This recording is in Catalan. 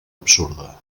absurda